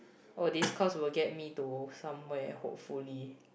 oh this course will get me to somewhere hopefully